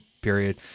period